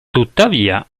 tuttavia